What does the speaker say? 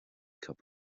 cup